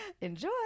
enjoy